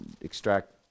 extract